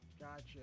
Gotcha